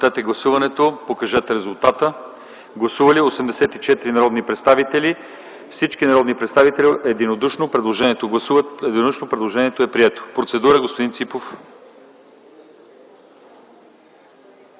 Предложението е прието